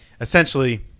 essentially